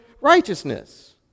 righteousness